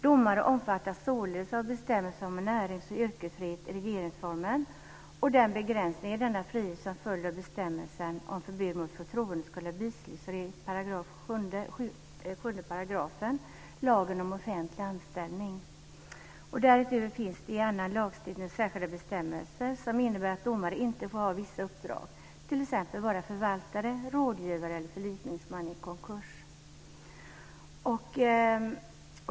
Domare omfattas således av bestämmelsen om en närings och yrkesfrihet i regeringsformen och den begränsning av denna frihet som följd av bestämmelsen om förbud mot förtroendeskadliga bisysslor i § 7 i lagen om offentlig anställning. Därutöver finns det i annan lagstiftning särskilda bestämmelser som innebär att domare inte får ha vissa uppdrag, t.ex. förvaltare, rådgivare eller förlikningsman vid konkurs.